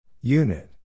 Unit